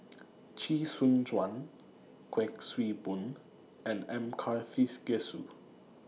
Chee Soon Juan Kuik Swee Boon and M Karthigesu